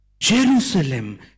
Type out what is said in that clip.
Jerusalem